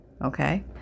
okay